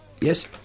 Yes